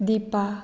Dipa